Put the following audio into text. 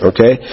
Okay